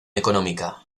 económica